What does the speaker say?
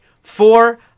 Four